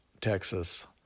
Texas